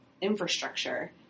infrastructure